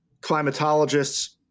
climatologists